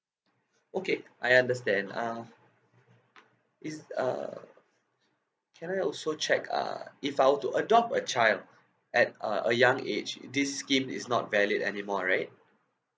okay I understand uh is uh can I also check uh if I were to adopt a child at uh a young age this scheme is not valid anymore right